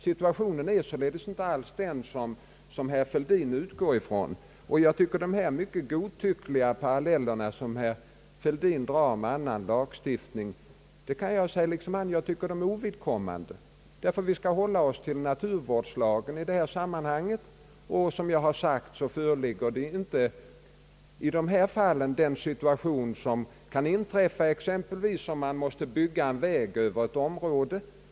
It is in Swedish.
Situationen är således inte alls den som herr Fälldin utgår ifrån, och jag tycker att de mycket godtyckliga paralleller som herr Fälldin drar med annan lagstiftning är ovidkommande. Ty vi skall hålla oss till naturvårdslagen i detta sammanhang, och som jag sagt föreligger i dessa fall inte den situation, som kan inträffa om man exempelvis måste bygga en väg över ett område.